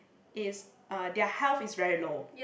is uh their health is very low